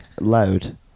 loud